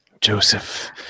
Joseph